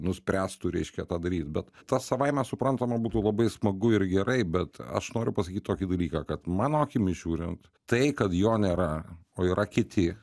nuspręstų reiškia tą daryt bet tas savaime suprantama būtų labai smagu ir gerai bet aš noriu pasakyt tokį dalyką kad mano akimis žiūrint tai kad jo nėra o yra kiti